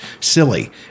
silly